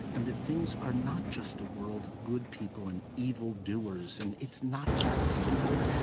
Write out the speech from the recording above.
and that things are not just a world of good people and evildoers. and it's not that simple.